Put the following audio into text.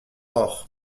morts